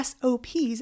SOPs